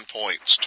points